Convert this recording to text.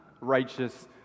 righteous